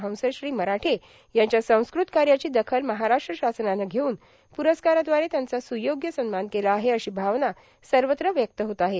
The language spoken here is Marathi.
हंसश्री मराठे यांच्या संस्कृत कायाची दखल महाराष्ट्र शासनाने घेवून पुरस्कारादवारे सुयोग्य सन्मान केला आहे अशी भावना सवत्रा व्यक्त होत आहे